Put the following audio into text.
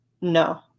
No